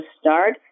start